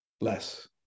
less